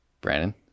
Brandon